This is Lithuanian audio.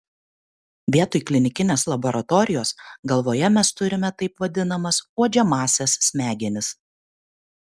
vietoj klinikinės laboratorijos galvoje mes turime taip vadinamas uodžiamąsias smegenis